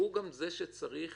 בסוף השוטר הוא זה שצריך